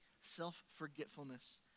self-forgetfulness